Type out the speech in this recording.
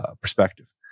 perspective